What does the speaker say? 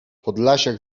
podlasiak